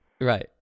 Right